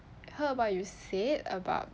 heard about you said about